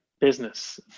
business